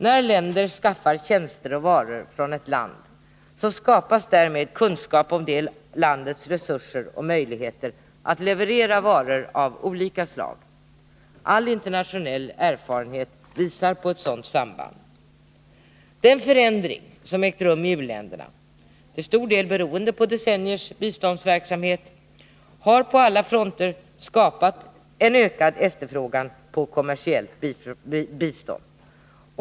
När länder skaffar tjänster och varor från ett land, skapas därmed kunskap om detta lands resurser och möjligheter att leverera varor av olika slag. All internationell erfarenhet visar på ett sådant samband. Den förändring som ägt rum i u-länderna — till stor del beroende på decenniers biståndsverksamhet — har på alla fronter skapat en ökad efterfrågan på kommersiellt bistånd.